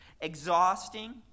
exhausting